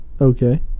Okay